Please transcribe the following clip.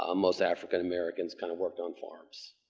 um most african americans kind of worked on farms.